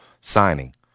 signing